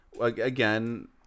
again